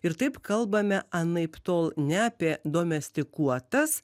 ir taip kalbame anaiptol ne apie domestikuotas